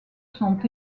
sont